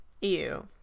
Ew